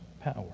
power